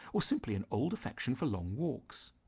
or simply an old affection for long walks.